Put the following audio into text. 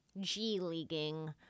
G-leaguing